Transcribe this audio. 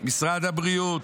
משרד הבריאות,